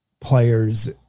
players